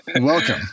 Welcome